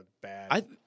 bad